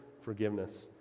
forgiveness